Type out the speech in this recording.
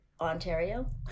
Ontario